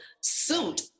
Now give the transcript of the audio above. suit